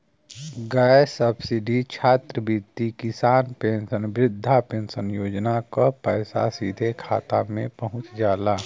gas subsidy छात्रवृत्ति किसान pension वृद्धा पेंशन योजना क पैसा सीधे खाता में पहुंच जाला